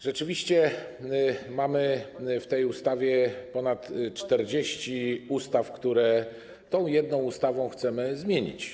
Rzeczywiście mamy w tej ustawie ponad 40 ustaw, które tą jedną ustawą chcemy zmienić.